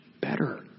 better